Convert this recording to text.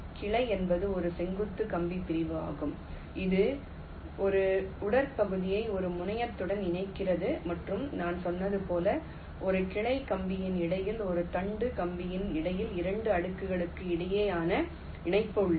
கிளை என்பது ஒரு செங்குத்து கம்பி பிரிவு ஆகும் இது ஒரு உடற்பகுதியை ஒரு முனையத்துடன் இணைக்கிறது மற்றும் நான் சொன்னது போல் ஒரு கிளை கம்பிக்கு இடையில் ஒரு தண்டு கம்பிக்கு இடையில் 2 அடுக்குகளுக்கு இடையேயான இணைப்பு உள்ளது